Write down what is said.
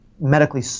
medically